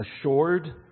assured